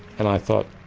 and i thought,